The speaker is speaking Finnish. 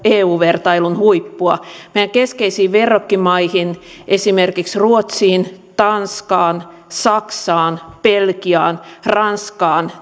eu vertailun huippua meidän keskeisiin verrokkimaihimme esimerkiksi ruotsiin tanskaan saksaan belgiaan ja ranskaan